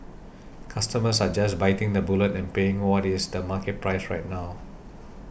customers are just biting the bullet and paying what is the market price right now